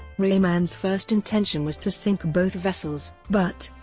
reymann's first intention was to sink both vessels, but,